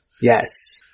Yes